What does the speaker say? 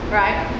right